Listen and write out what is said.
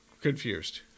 confused